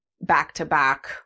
back-to-back